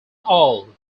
all